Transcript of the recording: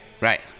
Right